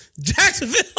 Jacksonville